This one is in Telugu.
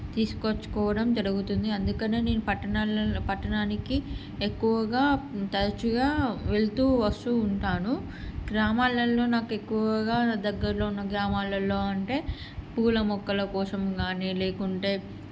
తీసుకొచ్చుకోవడం జరుగుతుంది అందుకనే నేను పట్టణాలల్లో పట్టణానికి ఎక్కువగా తరచుగా వెళ్తూ వస్తూ ఉంటాను గ్రామాలల్లో నాకు ఎక్కువగా నా దగ్గరలో ఉన్న గ్రామాలల్లో అంటే పూల మొక్కల కోసం కానీ లేకుంటే